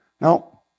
Now